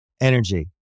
energy